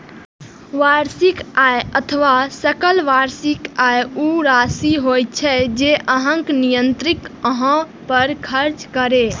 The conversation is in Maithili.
वार्षिक आय अथवा सकल वार्षिक आय ऊ राशि होइ छै, जे अहांक नियोक्ता अहां पर खर्च करैए